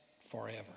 forever